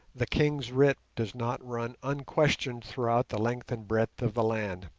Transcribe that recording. the king's writ does not run unquestioned throughout the length and breadth of the land.